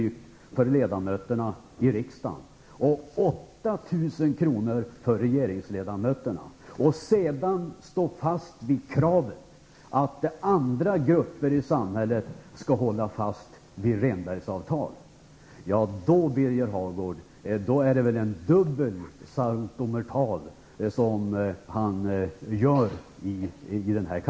för ledamöterna i riksdagen och med 8 000 kr. för regeringsledamöterna -- och trots det stå fast vid kravet att andra grupper i samhället skall hålla fast vid Rehnbergsavtalet. Det är väl en dubbel saltomortal!